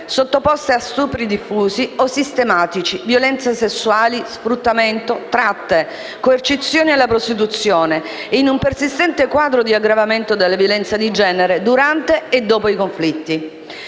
sottoposte a stupri diffusi o sistematici, violenze sessuali, sfruttamento, tratte, coercizione alla prostituzione, in un persistente quadro di aggravamento della violenza di genere, durante e dopo i conflitti;